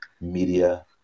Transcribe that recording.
media